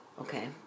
Okay